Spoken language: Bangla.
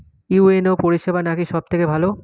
ইউ.এন.ও পরিসেবা নাকি সব থেকে ভালো?